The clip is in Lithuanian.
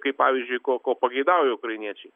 kaip pavyzdžiui ko ko pageidauja ukrainiečiai